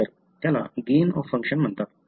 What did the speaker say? तर त्याला gain of function म्हणतात